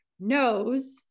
knows